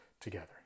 together